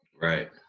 right